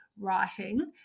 writing